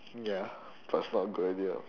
ya but it's not a good idea